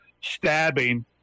stabbing